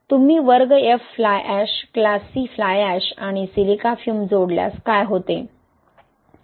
तुम्ही वर्ग F fly ash class C fly ash आणि सिलिका फ्यूम जोडल्यास काय होते